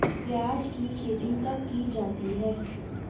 प्याज़ की खेती कब की जाती है?